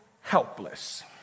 helpless